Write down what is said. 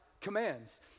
commands